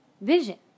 vision